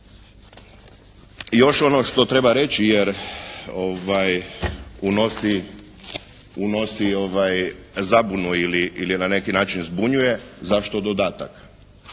I još ono što treba reći jer unosi, unosi zabunu ili na neki način zbunjuje zašto dodatak?